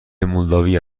مولداوی